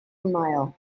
mile